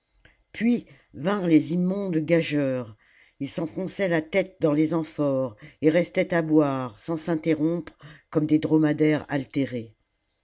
puis vinrent les immondes gageures ils salammbo s'enfonçaient la tête dans les amphores puis restaient à boire sans s'interrompre comme des dromadaires altérés